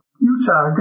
Utah